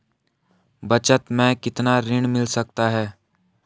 बचत मैं कितना ऋण मिल सकता है?